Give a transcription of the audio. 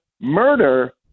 murder